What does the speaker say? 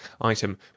item